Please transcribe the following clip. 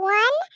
one